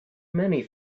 many